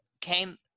came